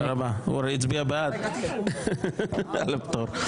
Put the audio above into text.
הוא הצביע בעד על הפטור.